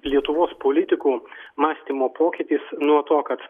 lietuvos politikų mąstymo pokytis nuo to kad